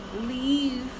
leave